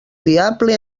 diable